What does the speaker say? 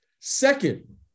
Second